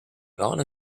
gone